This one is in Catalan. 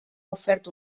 ofert